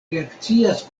reakcias